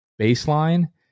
baseline